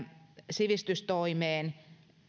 sivistystoimeen